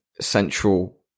central